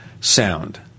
sound